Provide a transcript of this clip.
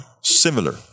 similar